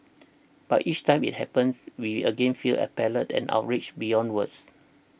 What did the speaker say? but each time it happens we again feel appalled and outraged beyond words